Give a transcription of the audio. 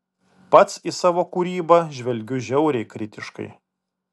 pats į savo kūrybą žvelgiu žiauriai kritiškai